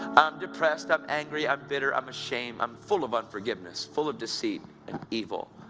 depressed, i'm angry, i'm bitter, i'm ashamed. i'm full of unforgiveness, full of deceit, and evil,